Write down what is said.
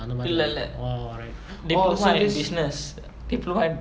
இல்லல்ல:illalla they provide a business they provide